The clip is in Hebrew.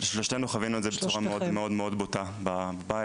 שלושתנו חווינו את זה בצורה מאוד מאוד מאוד בוטה בבית,